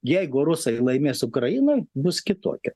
jeigu rusai laimės ukraina bus kitokia